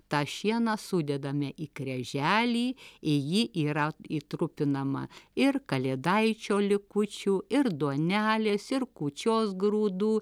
tą šieną sudedame į kreželį į jį yra įtrupinama ir kalėdaičio likučių ir duonelės ir kūčios grūdų